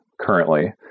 currently